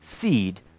seed